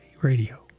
Radio